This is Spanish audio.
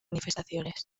manifestaciones